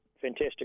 fantastic